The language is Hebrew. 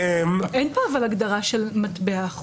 אין כאן הגדרה של מטבע חוץ.